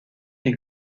des